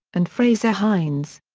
and frazer hines.